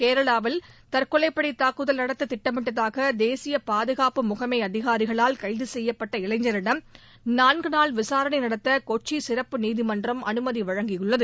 கேரளாவில் தற்கொலைப்படை தாக்குதல் நடத்த திட்டமிட்டதாக தேசிய பாதுகாப்பு முகமை அதிகாரிகளால் கைது செய்யப்பட்ட இளைஞரிடம் நான்கு நாள் விசாரணை நடத்த கொச்சி சிறப்பு நீதிமன்றம் அனுமதியளித்துள்ளது